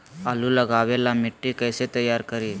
आलु लगावे ला मिट्टी कैसे तैयार करी?